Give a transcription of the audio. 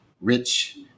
rich